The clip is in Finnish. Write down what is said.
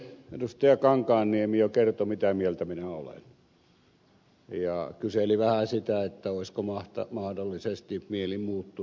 edustaja kankaanniemi jo kertoi mitä mieltä minä olen ja kyseli vähän sitä olisiko mahdollisesti mieli muuttunut tässä